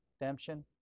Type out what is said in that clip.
redemption